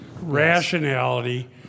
rationality